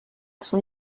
son